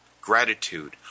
gratitude